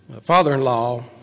father-in-law